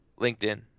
LinkedIn